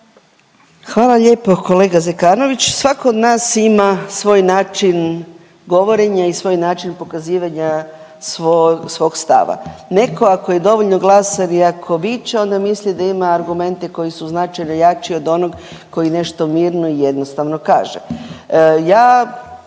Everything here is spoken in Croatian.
Hvala lijepo kolega Zekanović. Svako od nas ima svoj način govorenja i svoj način pokazivanja svog stava. Netko, ako je dovoljno glasan i ako viče, onda misli da ima argumente koji su značajno jači od onog koji nešto mirno i jednostavno kaže.